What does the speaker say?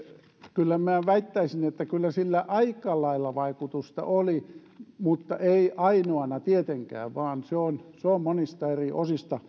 kyllä väittäisin että kyllä sillä aika lailla vaikutusta oli mutta ei ainoana tietenkään vaan se on se on monista eri osista